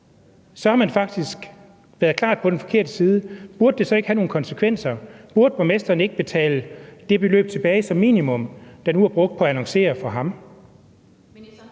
har man faktisk været klart på den forkerte side, og burde det så ikke have nogle konsekvenser, burde borgmesteren så ikke som minimum betale det beløb tilbage, der nu er brugt på at annoncere for ham?